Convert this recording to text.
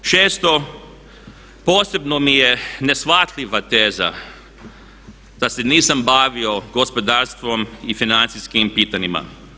Šesto, posebno mi je neshvatljiva teza da se nisam bavio gospodarstvom i financijskim pitanjima.